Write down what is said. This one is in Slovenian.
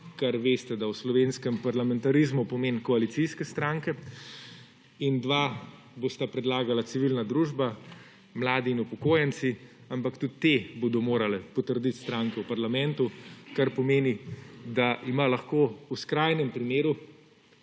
kar veste, da v slovenskem parlamentarizmu pomeni koalicijske stranke in 2 bosta predlagala civilna družbam, mladi in upokojenci, ampak tudi te bodo morale potrditi stranke v parlamentu, kar pomeni, da ima lahko v skrajnem primeru